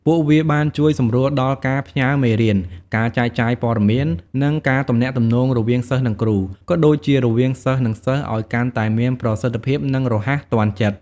ពួកវាបានជួយសម្រួលដល់ការផ្ញើរមេរៀន ការចែកចាយព័ត៌មាន និងការទំនាក់ទំនងរវាងសិស្ស និងគ្រូ ក៏ដូចជារវាងសិស្សនិងសិស្សឲ្យកាន់តែមានប្រសិទ្ធភាព និងរហ័សទាន់ចិត្ត។